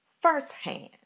firsthand